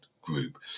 group